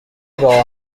راه